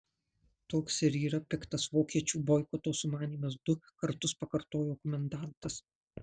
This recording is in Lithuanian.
toks ir yra piktas vokiečių boikoto sumanymas du kartus pakartojo komendantas